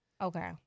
Okay